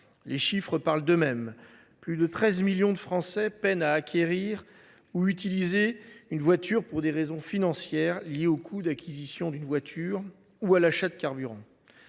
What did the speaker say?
Les chiffres parlent d’eux mêmes : plus de 13 millions de Français peinent à acquérir ou à utiliser une voiture pour des raisons financières liées au coût d’acquisition d’une voiture ou à l’achat de carburant.